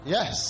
Yes